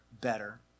better